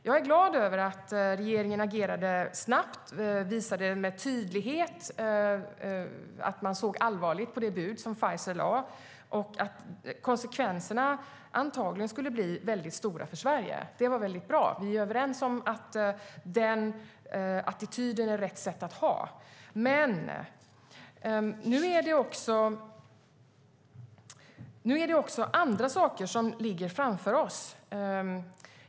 Jag är glad över att regeringen agerade snabbt och med tydlighet visade att man såg allvarligt på det bud som Pfizer lade och att konsekvenserna antagligen skulle bli väldigt stora för Sverige. Det var bra. Vi är överens om att det är rätt attityd att ha. Nu är det också andra saker som ligger framför oss.